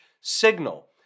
signal